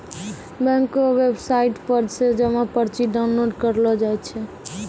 bank रो website पर से जमा पर्ची डाउनलोड करेलो जाय छै